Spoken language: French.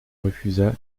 refusa